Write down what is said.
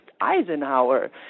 Eisenhower